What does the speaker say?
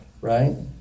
right